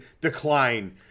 decline